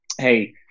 hey